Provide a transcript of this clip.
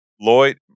Lloyd